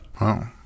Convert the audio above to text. Wow